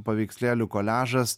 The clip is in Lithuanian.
paveikslėlių koliažas